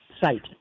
site